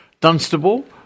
Dunstable